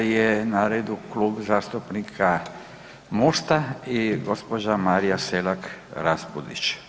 Onda je na redu Klub zastupnika Mosta i gospođa Marija Selak Raspudić.